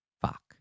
Fuck